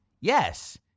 Yes